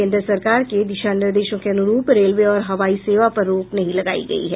केन्द्र सरकार के दिशा निर्देशों के अनुरूप रेलवे और हवाई सेवा पर रोक नहीं लगायी गयी है